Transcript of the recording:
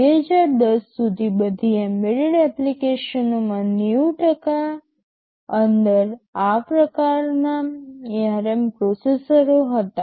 2010 સુધી બધી એમ્બેડેડ એપ્લિકેશનોમાંથી 90 અંદર આ પ્રકારનાં ARM પ્રોસેસરો હતા